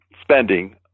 spending